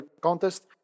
contest